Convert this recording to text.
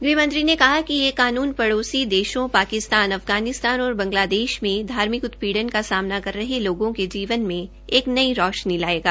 गृहमंत्री ने कहा कि यह कानून पड़ोसी देशों पाकिस्तान अफगानिस्तान और बंगलादेश में धार्मिक उत्पीड़न का सामना कर रहे लोगों के जीवन में एक नई रौशनी लायेगा